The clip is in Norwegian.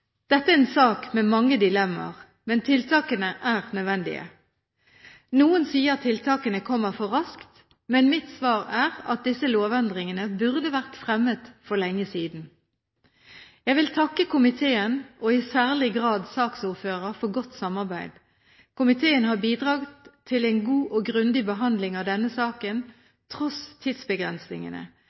Dette er en sak med mange dilemmaer, men tiltakene er nødvendige. Noen sier tiltakene kommer for raskt, men mitt svar er at disse lovendringene burde vært fremmet for lenge siden. Jeg vil takke komiteen, og i særlig grad saksordføreren, for godt samarbeid. Komiteen har bidratt til en god og grundig behandling av denne saken, tross tidsbegrensningene.